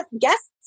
guests